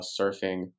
surfing